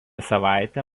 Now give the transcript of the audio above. savaitę